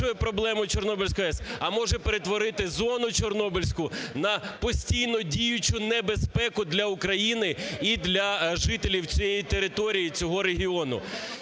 а може перетворити зону Чорнобильську на постійно діючу небезпеку для України і для жителів цієї території, цього регіону.